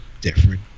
different